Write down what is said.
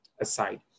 aside